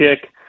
kick